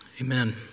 Amen